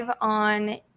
on